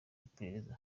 iperereza